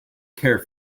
care